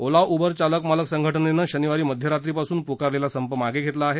ओला Uber चालक मालक संघटनेनं शनिवारी मध्यरात्रीपासून पुकारलेला संप मागे घेतला आहे